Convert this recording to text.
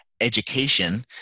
education